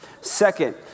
Second